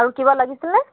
আৰু কিবা লাগিছিলে